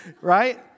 Right